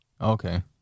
Okay